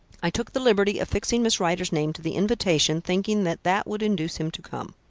i took the liberty of fixing miss rider's name to the invitation, thinking that that would induce him to come.